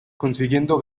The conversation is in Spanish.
consiguiendo